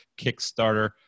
Kickstarter